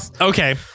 okay